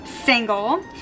single